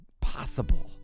possible